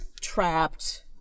trapped